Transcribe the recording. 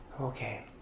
Okay